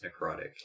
necrotic